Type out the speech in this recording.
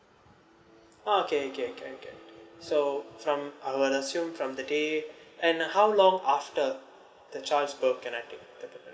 oh okay okay okay okay okay so from I will assume from the day and how long after the child's birth can I take paternity leave